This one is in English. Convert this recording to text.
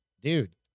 dude